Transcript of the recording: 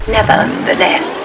Nevertheless